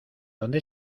dónde